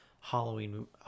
Halloween